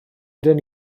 ydyn